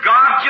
God